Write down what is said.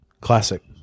Classic